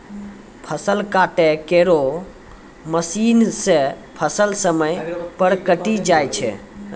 फसल काटै केरो मसीन सें फसल समय पर कटी जाय छै